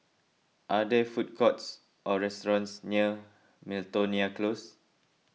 are there food courts or restaurants near Miltonia Close